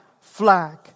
flag